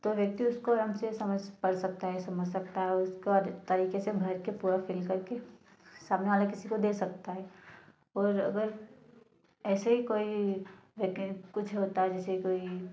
तो व्यक्ति उसको अच्छे से समझ पढ़ सकता है समझ सकता है उसको अधिक तरीके से बैठकर पूरा फिल कर के सामने वाले किसी को दे सकता है और अगर ऐसे ही कोई कुछ होता है जैसे कोई